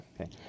Okay